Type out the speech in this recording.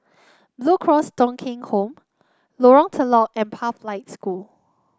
Blue Cross Thong Kheng Home Lorong Telok and Pathlight School